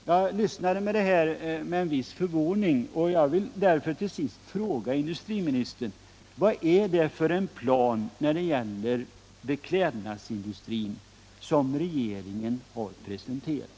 Jag lyssnade på detta uttalande med en viss förvåning och vill därför till sist fråga industriministern: Vad är det för plan för beklädnadsindustrin som regeringen har presenterat?